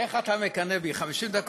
איך אתה מקנא בי, 50 דקות.